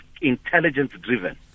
intelligence-driven